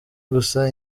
gusa